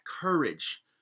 courage